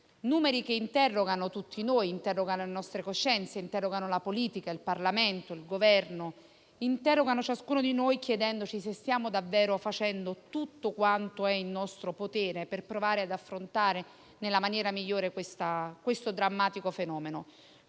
Numeri che interrogano tutti noi e le nostre coscienze; interrogano la politica, il Parlamento, il Governo. Interrogano ciascuno di noi chiedendoci se stiamo davvero facendo tutto quanto è in nostro potere per provare ad affrontare nella maniera migliore questo drammatico fenomeno.